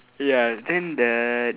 ya then the